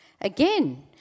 Again